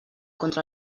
contra